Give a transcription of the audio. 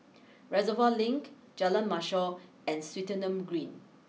Reservoir Link Jalan Mashor and Swettenham Green